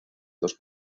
dos